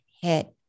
hit